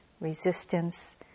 resistance